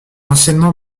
anciennement